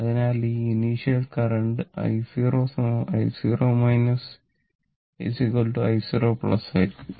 അതിനാൽ ഈ initial current i0 i0 i0 ആയിരിക്കും